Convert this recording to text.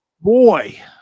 boy